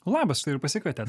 labas štai ir pasikvietėt